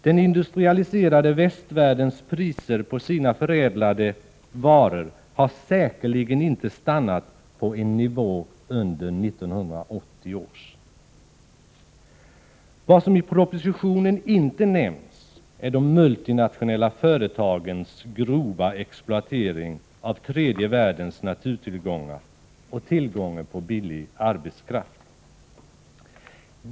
Den industrialiserade västvärldens priser på sina förädlade varor har säkerligen inte stannat på en nivå under 1980 års. Vad som i propositionen inte nämns är de multinationella företagens grova exploatering av tredje världens naturtillgångar och tillgången på billig arbetskraft.